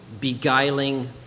Beguiling